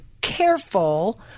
careful